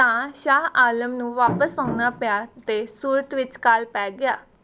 ਤਾਂ ਸ਼ਾਹ ਆਲਮ ਨੂੰ ਵਾਪਸ ਆਉਣਾ ਪਿਆ ਅਤੇ ਸੂਰਤ ਵਿੱਚ ਕਾਲ ਪੈ ਗਿਆ